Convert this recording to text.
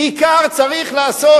כיכר צריך לעשות,